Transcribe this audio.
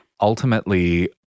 Ultimately